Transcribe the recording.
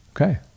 Okay